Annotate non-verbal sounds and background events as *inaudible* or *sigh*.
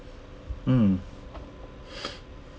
mm *noise*